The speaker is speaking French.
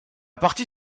partie